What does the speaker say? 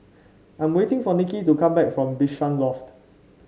I'm waiting for Nicky to come back from Bishan Loft